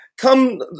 come